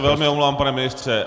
Velmi se omlouvám, pane ministře.